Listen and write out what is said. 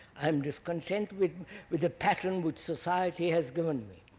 i am discontent with with the pattern which society has given me,